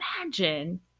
imagine